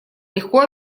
легко